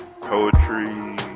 poetry